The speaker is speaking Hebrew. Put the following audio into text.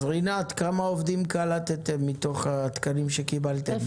רינת, כמה עובדים קלטתם מתוך התקנים שקיבלתם?